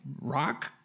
rock